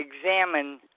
examine